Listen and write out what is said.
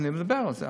אני מדבר על זה.